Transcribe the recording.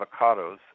avocados